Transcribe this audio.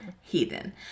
Heathen